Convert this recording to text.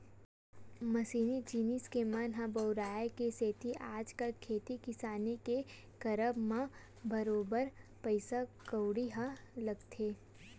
मसीनी जिनिस मन के बउराय के सेती आजकल खेती किसानी के करब म बरोबर पइसा कउड़ी ह लगथे